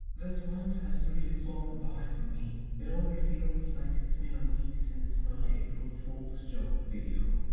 this month has really flown by for me. it only feels like it's been a week since my april fools' joke video,